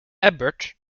ebert